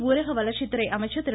மத்திய ஊரக வளர்ச்சி துறை அமைச்சர் திரு